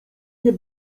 nie